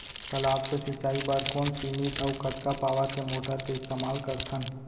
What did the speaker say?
तालाब से सिंचाई बर कोन सीमित अऊ कतका पावर के मोटर के इस्तेमाल करथन?